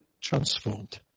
transformed